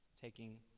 taking